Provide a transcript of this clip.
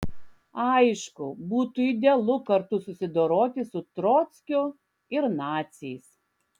aišku būtų idealu kartu susidoroti su trockiu ir naciais